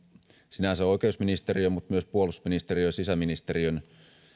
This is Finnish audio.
sinänsä oikeusministeriön mutta myös puolustusministeriön ja sisäministeriön